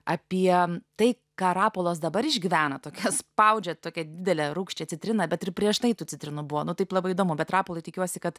apie tai ką rapolas dabar išgyvena tokią spaudžia tokią didelę rūgščią citriną bet ir prieš tai tų citrinų buvo nu taip labai įdomu bet rapolai tikiuosi kad